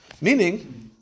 Meaning